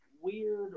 weird